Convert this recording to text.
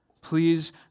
Please